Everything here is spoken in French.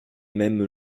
même